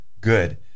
good